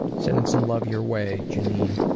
sending some love your way, jenean.